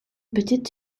petite